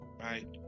right